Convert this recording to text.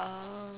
err